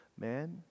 man